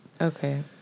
Okay